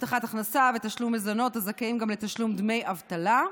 הבטחת הכנסה ותשלום מזונות והזכאים גם לתשלום דמי אבטלה.